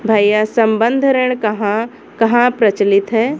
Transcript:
भैया संबंद्ध ऋण कहां कहां प्रचलित है?